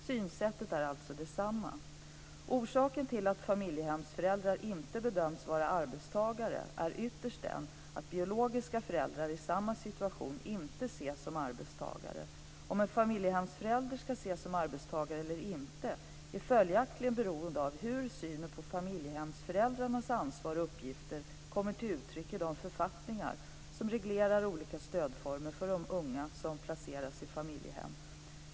Synsättet är således detsamma. Orsaken till att familjehemsföräldrar inte bedömts vara arbetstagare är ytterst den att biologiska föräldrar i motsvarande situation inte ses som arbetstagare. Om en familjehemsförälder ska ses som arbetstagare eller inte är följaktligen beroende av hur synen på familjehemsföräldrarnas ansvar och uppgifter kommer till uttryck i de författningar som reglerar olika stödformer för de unga som placeras i familjehem.